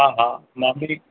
हा हा मां बि